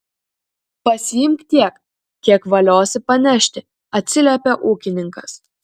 pasiimk tiek kiek valiosi panešti atsiliepė ūkininkas